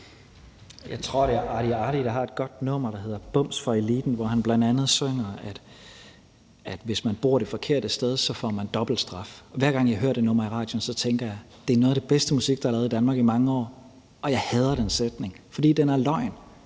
Jeg tror, det er Artigeardit, der har et godt nummer, der hedder »Bums For Eliten«, hvor han bl.a. synger, at hvis man bor det forkerte sted, så får man dobbelt straf. Hver gang jeg hører det nummer i radioen, tænker jeg, at det er noget af det bedste musik, der er lavet i Danmark i mange år. Og jeg hader den sætning, fordi den er løgn,